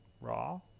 Raw